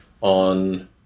on